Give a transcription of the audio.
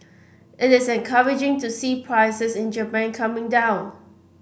it is encouraging to see prices in Japan coming down